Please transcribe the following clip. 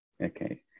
okay